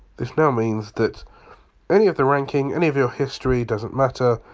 this now means that any of the ranking, any of your history doesn't matter,